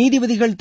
நீதிபதிகள் மறு திரு